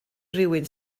rywun